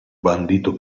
bandito